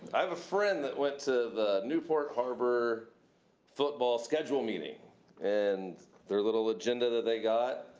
i have a friend that went to the newport harbor football schedule meeting and their little agenda that they got,